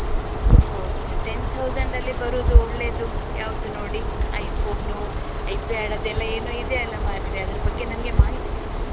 ಹೌದಾ ಟೆನ್ ಥೌಸಂಡಲ್ಲಿ ಬರುವುದು ಒಳ್ಳೆಯದು ಯಾವುದು ನೋಡಿ ಐಫೋನು ಐಪ್ಯಾಡ್ ಅದೆಲ್ಲ ಏನು ಇದೆಯಲ್ಲ ಮಾರೆರೆ ಅದರ ಬಗ್ಗೆ ನನಗೆ ಮಾಹಿತಿ ಇಲ್ಲ